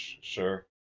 Sure